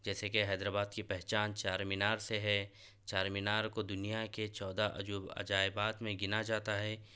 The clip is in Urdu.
جیسے کہ حیدرآباد کی پہچان چارمینار سے ہے چارمینار کو دنیا کے چودہ عجو عجائبات میں گنا جاتا ہے